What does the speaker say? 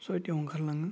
सयथायाव ओंखारलाङो